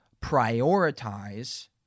prioritize